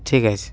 ঠিক আছে